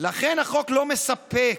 לכן החוק לא מספק.